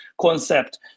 concept